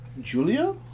Julia